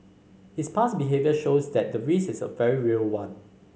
his past behaviour shows that the risk is a very real one